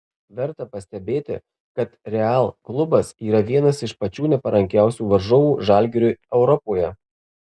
verta pastebėti kad real klubas yra vienas iš pačių neparankiausių varžovų žalgiriui europoje